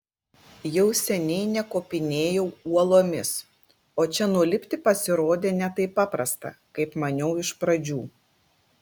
jau seniai nekopinėju uolomis o čia nulipti pasirodė ne taip paprasta kaip maniau iš pradžių